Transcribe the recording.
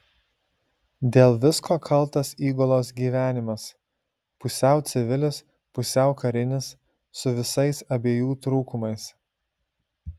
dėl visko kaltas įgulos gyvenimas pusiau civilis pusiau karinis su visais abiejų trūkumais